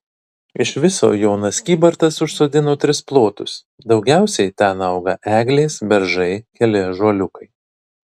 iš viso jonas kybartas užsodino tris plotus daugiausiai ten auga eglės beržai keli ąžuoliukai